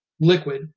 Liquid